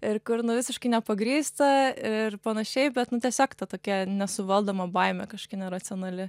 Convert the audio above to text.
ir kur nu visiškai nepagrįsta ir panašiai bet nu tiesiog ta tokia nesuvaldoma baimė kažkokia neracionali